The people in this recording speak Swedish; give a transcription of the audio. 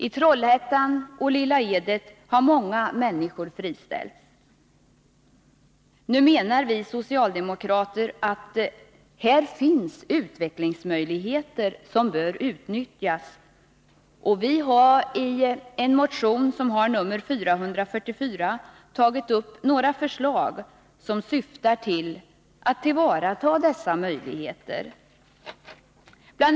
I Trollhättan och Lilla Edet har många människor friställts. Vi socialdemokrater menar att det här finns utvecklingsmöjligheter som bör utnyttjas. Vi har i motion nr 444 tagit upp några förslag som syftar till att tillvarata dessa möjligheter. Bl.